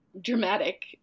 dramatic